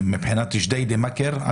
מבחינת ג'דיידה-מכר.